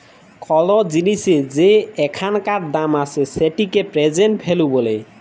call জিলিসের যে এখানকার দাম আসে সেটিকে প্রেজেন্ট ভ্যালু ব্যলে